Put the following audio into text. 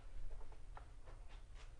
מי בעד סעיף 18 ו-19, והתוספת?